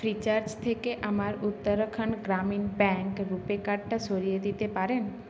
Freecharge থেকে আমার Uttarakhand Gramin bank RuPay কার্ডটা সরিয়ে দিতে পারেন